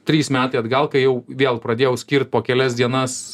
trys metai atgal kai jau vėl pradėjau skirt po kelias dienas